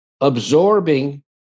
absorbing